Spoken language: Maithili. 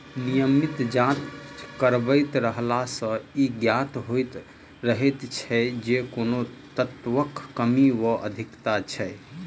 नियमित जाँच करबैत रहला सॅ ई ज्ञात होइत रहैत छै जे कोन तत्वक कमी वा अधिकता छै